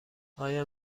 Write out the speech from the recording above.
آیا